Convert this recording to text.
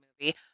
movie